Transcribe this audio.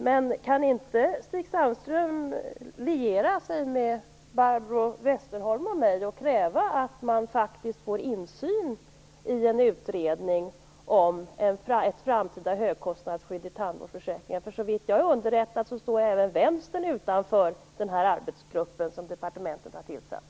Men kan han inte liera sig med Barbro Westerholm och mig, och kräva insyn i en utredning om ett framtida högkostnadsskydd i tandvårdsförsäkringen? Såvitt jag är underrättad står ju även vänstern utanför den arbetsgrupp som departementet har tillsatt.